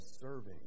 serving